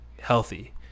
healthy